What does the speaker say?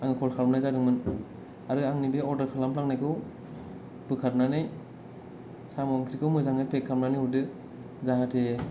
आं कल खालामनाय जादोंमोन आरो आंनि बे अरदार खालामफ्लांनायखौ बोखारनानै साम' ओंख्रिखौ मोजाङै पेक खालामनानै हरदो जाहाथे